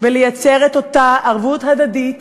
ליצור את אותה ערבות הדדית